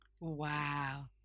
Wow